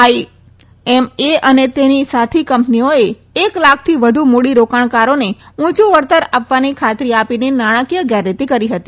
IMA અને તેની સાથી કંપનીઓએ એક લાખથી વધુ મૂડી રોકાણકારોને ઊંયુ વળતર આપવાની ખાતરી આપીને નાણાંકીય ગેરરીતિ કરી હતી